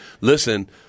listen